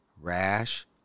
rash